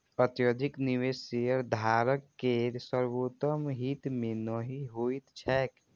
अत्यधिक निवेश शेयरधारक केर सर्वोत्तम हित मे नहि होइत छैक